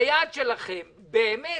היעד שלכם באמת